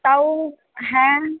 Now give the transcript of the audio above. তাও হ্যাঁ